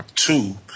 two